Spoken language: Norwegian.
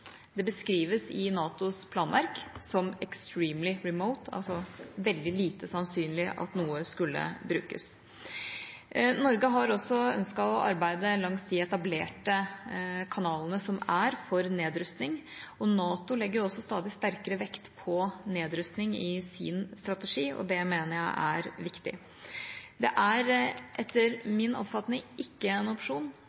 det beskrives i NATOs planverk som «extremely remote», altså veldig lite sannsynlig at noe skulle brukes. Norge har også ønsket å arbeide langs de etablerte kanalene som er for nedrustning, og NATO legger jo også stadig sterkere vekt på nedrustning i sin strategi, og det mener jeg er viktig. Det er etter min oppfatning ikke en opsjon